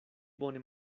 bone